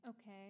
okay